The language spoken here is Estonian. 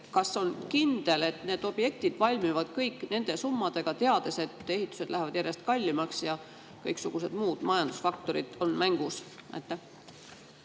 kas on kindel, et need objektid valmivad kõik nende summadega, teades, et ehitused lähevad järjest kallimaks ja kõiksugused muud majandusfaktorid on mängus?